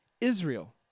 Israel